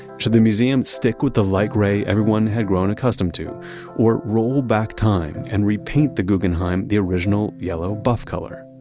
should the museum stick with the light gray everyone had grown accustomed to or roll back time and repaint the guggenheim, the original yellow buff color?